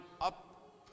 up